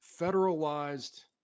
federalized